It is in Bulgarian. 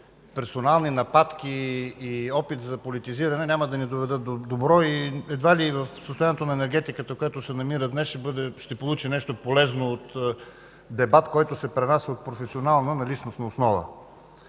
персонални нападки и опит за политизиране няма да ни доведат до добро. Едва ли за състоянието, в което се намира енергетиката днес, ще се получи нещо полезно от дебат, който се пренася от професионална на личностна основа.